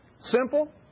Simple